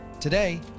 Today